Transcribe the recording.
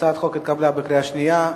הצעת החוק עברה בקריאה שנייה.